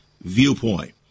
viewpoint